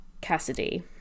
Cassidy